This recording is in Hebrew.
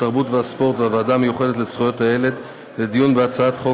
התרבות והספורט והוועדה המיוחדת לזכויות הילד לדיון בהצעת חוק